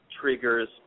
Triggers